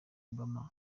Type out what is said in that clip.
obama